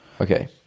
Okay